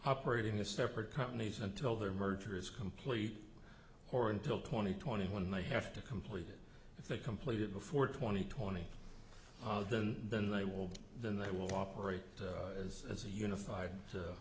operating as separate companies until their merger is complete or until twenty twenty one may have to complete it if they completed before twenty twenty of them then they will then they will operate as a unified